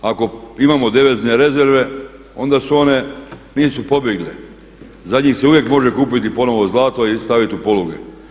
Ako imamo devizne rezerve onda su one, nisu pobjegle, za njih se uvijek može kupiti ponovno zlato i staviti u poluge.